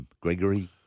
Gregory